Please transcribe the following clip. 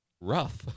rough